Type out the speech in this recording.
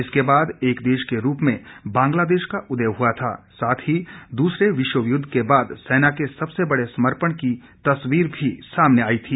इसके बाद एक देश के रूप में बांगलादेश का उदय हुआ था साथ ही दूसरे विश्वयुद्ध के बाद सेना के सबसे बड़े समपर्ण की तस्वीर भी सामने आई थी